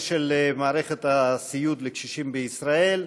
בנושא מערכת הסיעוד לקשישים בישראל,